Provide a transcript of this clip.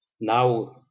Now